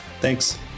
Thanks